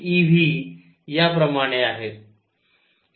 69 eVयाप्रमाणे आहेत